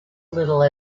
little